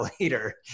later